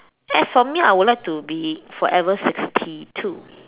as for me I would like to be forever sixty two